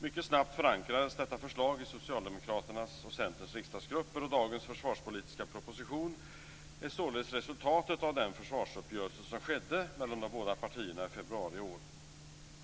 Mycket snabbt förankrades detta förslag i Socialdemokraternas och Centerns riksdagsgrupper och dagens försvarspolitiska proposition är således resultatet av den försvarsuppgörelse som skedde mellan de båda partierna i februari i år.